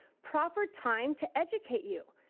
proper time to educate you.